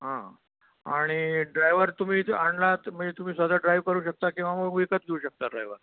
हां आणि ड्रायवर तुम्ही जर आणलात म्हणजे तुम्ही स्वतः ड्रायव्ह करू शकता किंवा मग विकत घेऊ शकता ड्रायवर